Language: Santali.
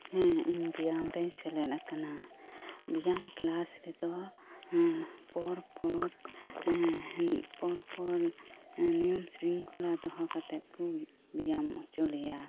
ᱦᱮᱸ ᱤᱧ ᱵᱮᱭᱟᱢ ᱨᱮᱧ ᱥᱮᱞᱮᱫ ᱟᱠᱟᱱᱟ ᱵᱮᱭᱟᱢ ᱠᱞᱟᱥ ᱨᱮᱫᱚ ᱯᱚᱨ ᱯᱚᱨ ᱯᱚᱨ ᱯᱚᱨ ᱱᱤᱭᱚᱢ ᱥᱨᱤᱝᱠᱷᱚᱞᱟ ᱫᱚᱦᱚ ᱠᱟᱛᱮᱜ ᱠᱚ ᱵᱮᱭᱟᱢ ᱦᱚᱪᱚ ᱞᱮᱭᱟ